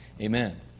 Amen